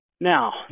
Now